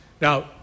Now